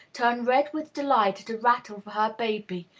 turn red with delight at a rattle for her baby,